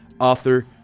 author